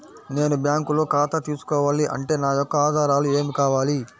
నేను బ్యాంకులో ఖాతా తీసుకోవాలి అంటే నా యొక్క ఆధారాలు ఏమి కావాలి?